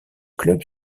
club